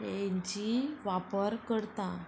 हेंची वापर करता